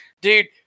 dude